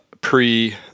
pre